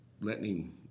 letting